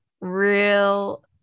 real